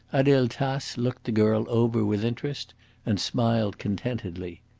adele tace looked the girl over with interest and smiled contentedly.